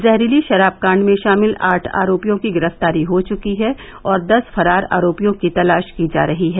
जहरीली शराब काण्ड में शामिल आठ आरोपियों की गिरफ्तारी हो चुकी है और दस फरार आरोपियों की तलाश की जा रही है